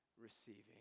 receiving